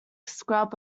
scrub